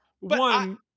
one